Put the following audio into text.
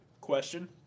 question